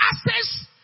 access